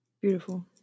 Beautiful